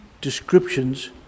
descriptions